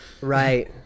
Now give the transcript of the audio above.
Right